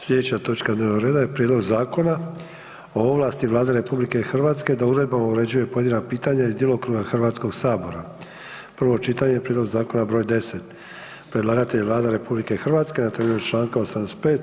Sljedeća točka dnevnog reda je: - Prijedlog zakona o ovlasti Vlade RH da uredbama uređuje pojedina pitanja iz djelokruga Hrvatskog sabora, prvo čitanje, P.Z. br. 10 Predlagatelj je Vlada RH na temelju čl. 85.